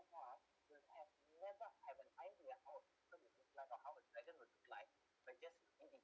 they have never have an idea how a castle would look like or how a dragon would fly by just reading